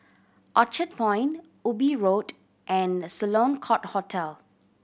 Orchard Point Ubi Road and Sloane Court Hotel